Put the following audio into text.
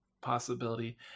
possibility